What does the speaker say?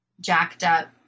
jacked-up